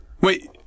Wait